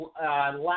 Last